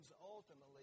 ultimately